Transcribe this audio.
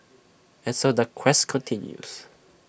and so the quest continues